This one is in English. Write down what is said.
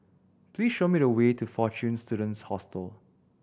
please show me the way to Fortune Students Hostel